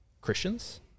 christians